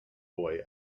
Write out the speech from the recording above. boy